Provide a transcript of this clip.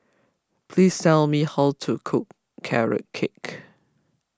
please tell me how to cook Carrot Cake